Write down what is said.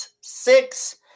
six